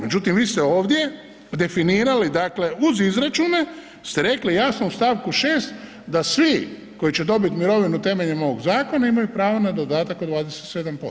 Međutim, vi ste ovdje definirali dakle, uz izračune ste rekli jasno u st. 6 da svi koji će dobiti mirovinu temeljem ovog zakona imaju pravo na dodatak od 27%